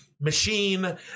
Machine